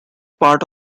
part